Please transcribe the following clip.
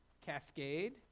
Cascade